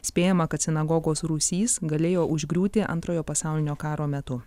spėjama kad sinagogos rūsys galėjo užgriūti antrojo pasaulinio karo metu